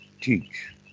teach